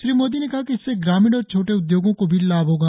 श्री मोदी ने कहा कि इससे ग्रामीण और छोटे उदयोगों को भी लाभ होगा